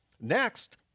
Next